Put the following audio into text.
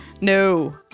No